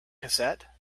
cassette